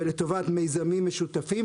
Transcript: ולטובת מיזמים משותפים.